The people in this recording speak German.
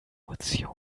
emotion